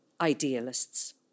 idealists